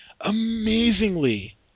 amazingly